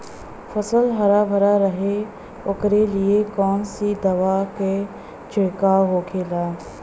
फसल हरा भरा रहे वोकरे लिए कौन सी दवा का छिड़काव होखेला?